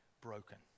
broken